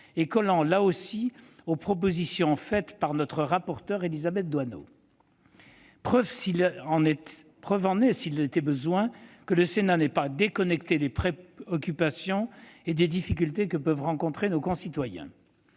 et collant, là aussi, aux propositions de notre rapporteure Élisabeth Doineau- preuve, s'il en était besoin, que le Sénat n'est pas déconnecté des préoccupations et des difficultés que peuvent rencontrer nos concitoyens.